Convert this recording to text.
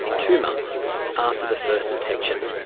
two months after the first detection.